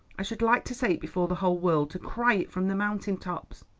i should like to say it before the whole world to cry it from the mountain tops.